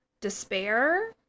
despair